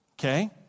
Okay